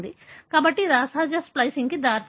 కాబట్టి అది అసహజ స్ప్లికింగ్కు దారితీస్తుంది